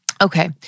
Okay